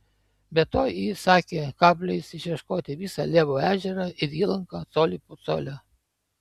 be to ji įsakė kabliais išieškoti visą levo ežerą ir įlanką colį po colio